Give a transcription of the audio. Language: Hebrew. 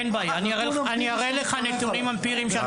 אין בעיה, אני אראה לך נתונים אמפיריים.